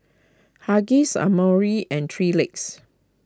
Huggies Amore and three Legs